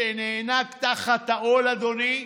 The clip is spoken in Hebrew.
שנאנק תחת העול, אדוני,